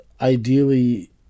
ideally